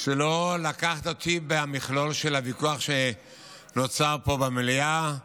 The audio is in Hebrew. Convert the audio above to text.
לא לקחת אותי במכלול הוויכוח שנוצר פה במליאה,